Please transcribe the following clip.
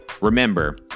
Remember